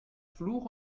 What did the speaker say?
fluch